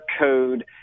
code